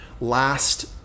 last